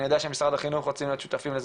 אני יודע שמשרד החינוך רוצים להיות שותפים לזה,